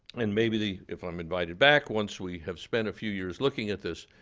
and maybe if i'm invited back once we have spent a few years looking at this,